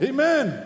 Amen